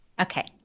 Okay